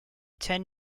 ten